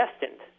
destined